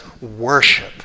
worship